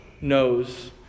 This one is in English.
knows